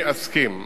אני אסכים.